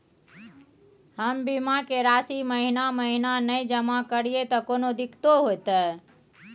हम बीमा के राशि महीना महीना नय जमा करिए त कोनो दिक्कतों होतय?